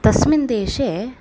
तस्मिन् देशे